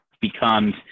Becomes